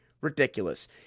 ridiculous